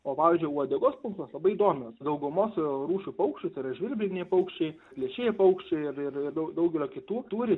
o pavyzdžiui uodegos plunksnos labai įdomios daugumos rūšių paukščių žvirbliniai paukščiai plėšrieji paukščiai ir ir ir dau daugelio kitų turi